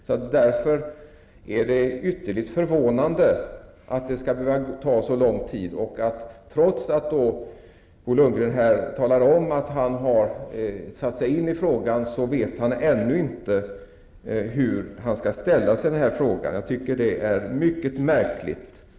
Det är därför ytterligt förvånande att det skall behöva ta så lång tid och att Bo Lundgren, trots att han talar om att han har satt sig in i frågan, ännu inte vet hur han skall ställa sig i frågan. Det är enligt min uppfattning mycket märkligt.